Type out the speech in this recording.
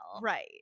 Right